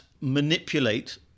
manipulate